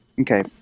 Okay